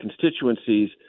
constituencies